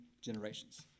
generations